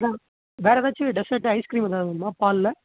ஆ வேறு ஏதாச்சும் dessert ice cream ஏதாவது வேணுமா பாலில்